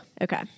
Okay